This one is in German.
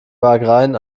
wagrain